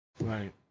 Right